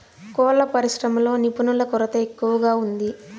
కోళ్ళ పరిశ్రమలో నిపుణుల కొరత ఎక్కువగా ఉంది